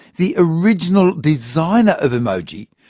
the original designer of emoji,